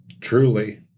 Truly